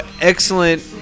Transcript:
excellent